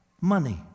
money